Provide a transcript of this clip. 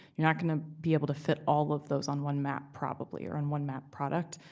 you're not gonna be able to fit all of those on one map, probably, or on one map product.